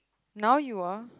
now you are